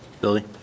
Billy